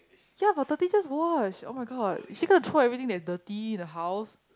ya but the teachers wash [oh]-my-god is she going to throw everything that is dirty in the house